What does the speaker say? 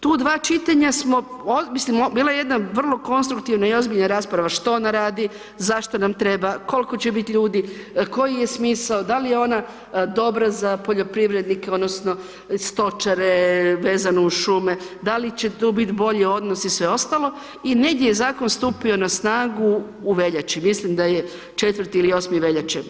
Tu dva čitanja smo, mislim bila je jedna vrlo konstruktivna i ozbiljna rasprava što ona radi, zašto nam treba, koliko će biti ljudi, koji je smisao, da li je ona dobra za poljoprivrednike odnosno stočare vezano uz šume, da li će tu biti bolji odnosi i sve ostalo i negdje je zakon stupio na snagu u veljači, mislim da je 4. ili 8. veljače.